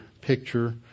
picture